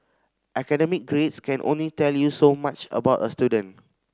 academic grades can only tell you so much about a student